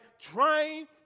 trying